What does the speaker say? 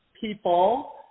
people